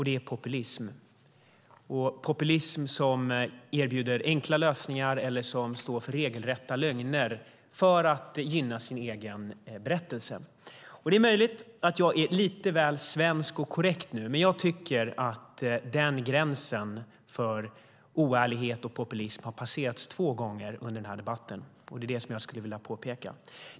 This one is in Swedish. Det är populism, och populism som erbjuder enkla lösningar eller som står för regelrätta lögner för att gynna sin egen berättelse. Det är möjligt att jag är lite väl svensk och korrekt nu, men jag tycker att den gränsen för oärlighet och populism har passerats två gånger under den här debatten. Det är det jag skulle vilja påpeka.